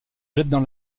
jettent